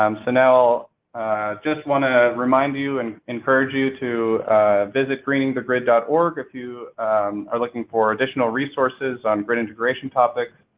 um so, now i just want to remind you and encourage you to visit greeningthegrid dot org if you are looking for additional resources on grid integration topics,